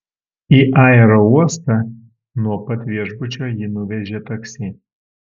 į aerouostą nuo pat viešbučio jį nuvežė taksi